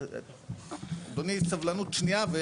אדוני, סבלנות שנייה.